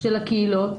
של הקהילות,